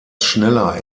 schneller